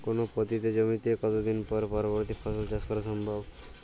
কোনো পতিত জমিতে কত দিন পরে পরবর্তী ফসল চাষ করা সম্ভব?